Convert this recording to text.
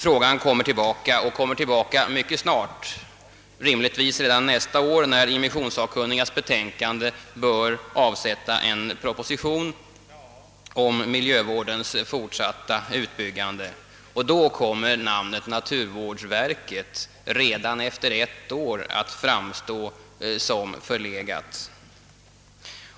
Frågan kommer tillbaka och kommer tillbaka mycket snart, rimligtvis redan nästa år när immissionssakkunnigas betänkande bör avsätta en proposition om miljövårdens fortsatta utbyggande. Då kommer namnet naturvårdsverket redan efter ett år att framstå som förlegat.